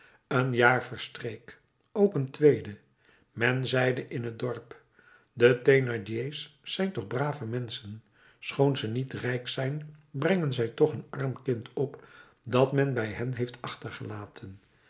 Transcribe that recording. een jaar verstreek ook een tweede men zeide in het dorp de thénardier's zijn toch brave menschen schoon ze niet rijk zijn brengen zij toch een arm kind op dat men bij hen heeft achtergelaten